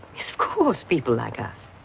yes, of course, people like us.